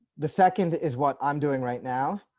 the second is what i'm doing right now,